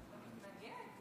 ולהרגיע,